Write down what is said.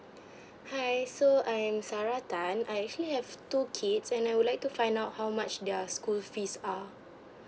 hi so I'm sarah tan I actually have two kids and I would like to find out how much their school fees are